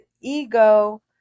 ego